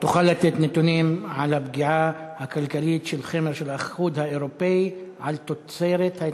אם יעלה בכלל על דעתה של ממשלה כלשהי על מוסד כלשהו.